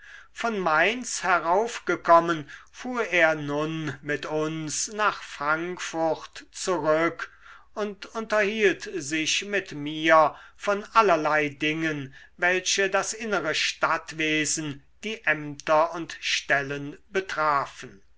von mainz heraufgekommen fuhr er nun mit uns nach frankfurt zurück und unterhielt sich mit mir von allerlei dingen welche das innere stadtwesen die ämter und stellen betrafen